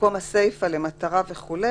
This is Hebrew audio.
במקום הסיפה, "למטרה..." וכו'